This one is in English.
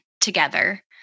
together